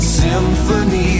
symphony